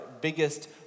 biggest